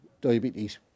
diabetes